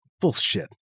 bullshit